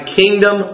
kingdom